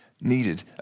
needed